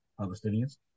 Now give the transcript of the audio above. Palestinians